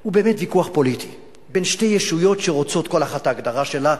הוא באמת ויכוח פוליטי בין שתי ישויות שרוצות כל אחת את ההגדרה שלה,